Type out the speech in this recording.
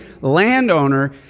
landowner